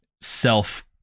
self